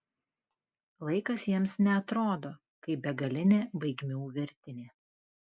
laikas jiems neatrodo kaip begalinė baigmių virtinė